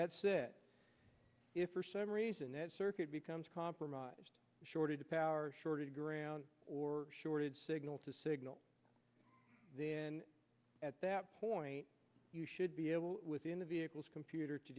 that said if for some reason that circuit becomes compromised shorted to power shorted ground or shorted signal to signal then at that point you should be able within the vehicles computer to